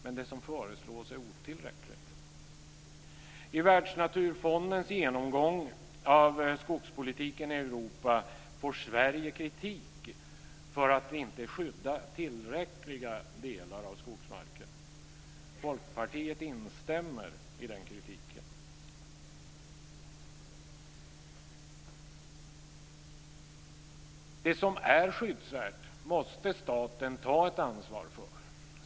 Men det som föreslås är otillräckligt. I Europa får Sverige kritik för att vi inte skyddar tillräckliga delar av skogsmarken. Folkpartiet instämmer i den kritiken. Det som är skyddsvärt måste staten ta ett ansvar för.